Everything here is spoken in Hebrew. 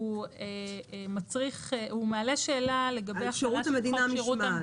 הוא מעלה שאלה לגבי החלת חוק שירות המדינה משמעת.